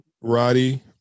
Roddy